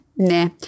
Nah